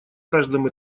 каждом